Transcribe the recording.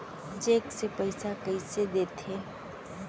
Cheque से पइसा कइसे देथे?